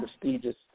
prestigious